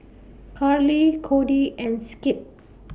Karly Kody and Skip